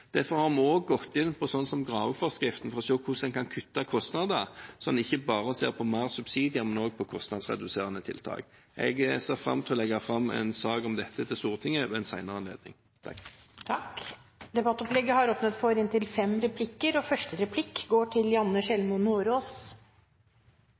Derfor har vi også gått inn på sånt som graveforskriften, for å se hvordan en kan kutte kostnader, så en ikke bare ser på mer subsidier, men også på kostnadsreduserende tiltak. Jeg ser fram til å legge fram en sak om dette til Stortinget ved en senere anledning. Det blir replikkordskifte. Som jeg sa i innlegget mitt, skulle jeg komme tilbake til hvorfor vi har